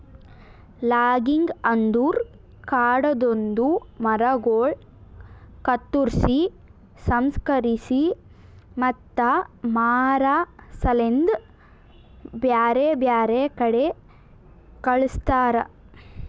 logging ಅಂದುರ್ ಕಾಡದಾಂದು ಮರಗೊಳ್ ಕತ್ತುರ್ಸಿ, ಸಂಸ್ಕರಿಸಿ ಮತ್ತ ಮಾರಾ ಸಲೆಂದ್ ಬ್ಯಾರೆ ಬ್ಯಾರೆ ಕಡಿ ಕಳಸ್ತಾರ